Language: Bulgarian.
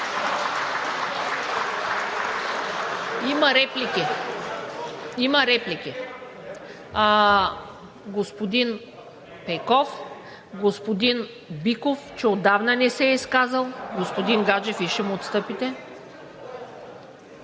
и реплики.) Има реплики! Господин Пейков, господин Биков, че отдавна не се е изказвал. Господин Гаджев, Вие ще отстъпите.